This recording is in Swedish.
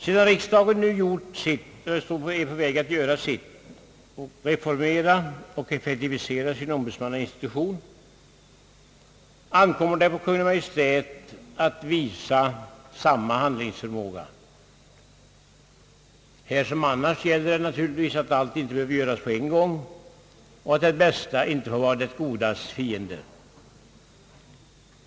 När riksdagen nu är på väg att göra sitt — reformera och effektivisera sin ombudsmannainstitution — ankommer det på Kungl. Maj:t att visa samma handlingsförmåga. Här som annars gäller det naturligtvis att inte allt behöver göras på en gång och att det bästa inte må vara det godas fiende.